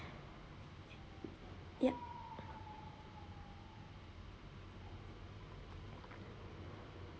yup